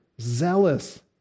zealous